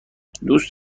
دوست